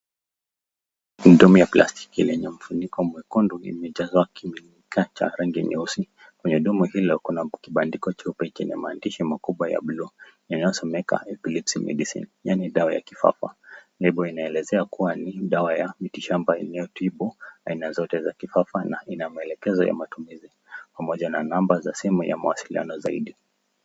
Ndomi ya plastiki yenye mfuniko mweupe imejaa kinywaji cha rangi nyeusi. Kwenye domo hilo kuna kibandiko cheupe chenye maandishi makubwa ya blue inayosomeka Epilepsy Medicine yaani dawa ya kifafa. Lebo inaelezea kuwa ni dawa ya mitishamba inayotibu aina zote za kifafa na ina maelekezo ya matumizi pamoja na namba za simu ya mawasiliano zaidi.